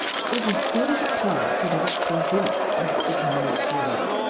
it was as good as a play to see the rector wince under the ignominious word.